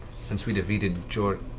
since we defeated